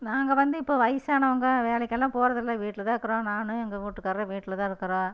நாங்கள் வந்து இப்போ வயசானவங்க வேலைக்கெல்லாம் போகிறதில்ல வீட்டில் தான் இருக்கிறோம் நானும் எங்கள் வீட்டுக்காரும் வீட்டில் தான் இருக்கிறோம்